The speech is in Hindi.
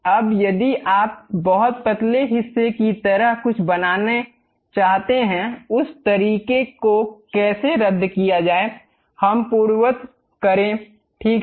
अब यदि आप बहुत पतले हिस्से की तरह कुछ बनाना चाहते हैं उस तरीके को कैसे रद्द किया जाए हमें पूर्ववत करें ठीक है